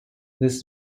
this